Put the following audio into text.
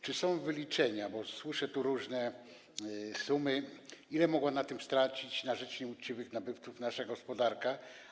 Czy są wyliczenia, bo słyszę tu różne sumy, ile mogła na tym stracić na rzecz nieuczciwych nabywców nasza gospodarka?